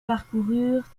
parcoururent